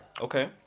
okay